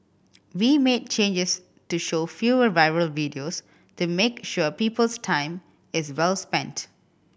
we made changes to show fewer viral videos to make sure people's time is well spent